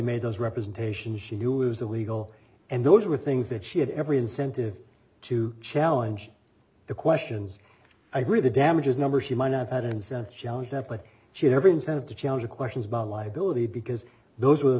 made those representations she knew was illegal and those were things that she had every incentive to challenge the questions i read the damages number she might have had in sense challenge that but she had every incentive to challenge questions about liability because those were